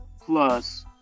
plus